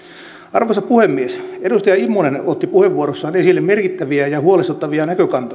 arvoisa puhemies edustaja immonen otti puheenvuorossaan esille merkittäviä ja huolestuttavia